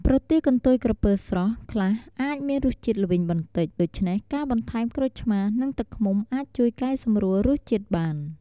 ប្រទាលកន្ទុយក្រពើស្រស់ខ្លះអាចមានរសជាតិល្វីងបន្តិច ដូច្នេះការបន្ថែមក្រូចឆ្មារ និងទឹកឃ្មុំអាចជួយកែសម្រួលរសជាតិបាន។